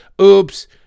oops